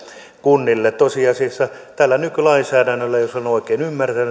kunnille tosiasiassa tällä nykylainsäädännöllä jos olen oikein ymmärtänyt